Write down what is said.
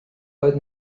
oedd